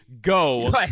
go